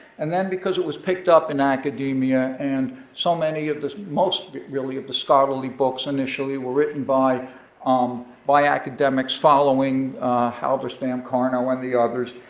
and then because it was picked up in academia and so many of this, most really of the scholarly books initially were written by um by academics following halberstam, karnow, and the others.